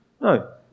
No